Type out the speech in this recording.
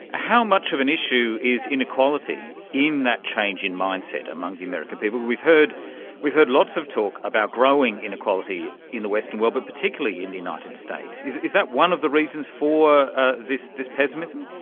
how much of an issue is inequality in that change in mindset among the american people? we've heard we've heard lots of talk about growing inequality in the western world but particularly in the united states. is is that one of the reasons for ah this this pessimism?